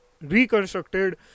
reconstructed